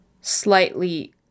slightly